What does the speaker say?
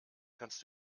kannst